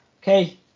Okay